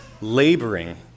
laboring